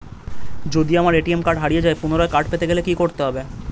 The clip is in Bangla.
যদি আমার এ.টি.এম কার্ড হারিয়ে যায় পুনরায় কার্ড পেতে গেলে কি করতে হবে?